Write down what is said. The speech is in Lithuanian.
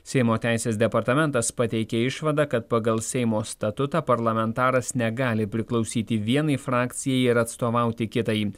seimo teisės departamentas pateikė išvadą kad pagal seimo statutą parlamentaras negali priklausyti vienai frakcijai ir atstovauti kitai